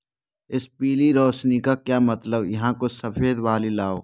इस पीली रौशनी का क्या मतलब यहाँ कुछ सफ़ेद वाली लाओ